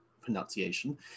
pronunciation